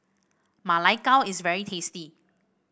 Ma Lai Gao is very tasty